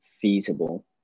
feasible